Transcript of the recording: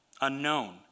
unknown